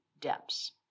depths